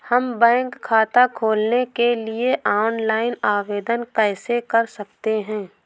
हम बैंक खाता खोलने के लिए ऑनलाइन आवेदन कैसे कर सकते हैं?